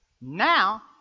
Now